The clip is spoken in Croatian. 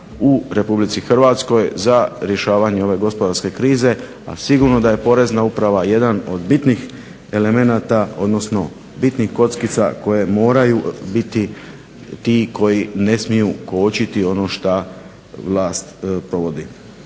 u Republici Hrvatskoj za rješavanje ove gospodarske krize, a sigurno da je Porezna uprava jedan od bitnih elemenata odnosno bitnih kockica koje moraju biti ti koji ne smiju kočiti ono što vlast provodi.